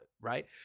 right